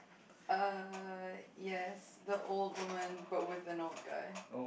uh yes the old woman but with an old guy